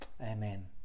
Amen